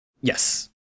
Yes